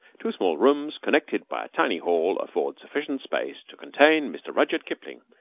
two small rooms connected by a tiny hall afford sufficient space to contain mr. rudyard kipling,